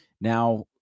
Now